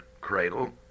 cradle